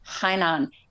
Hainan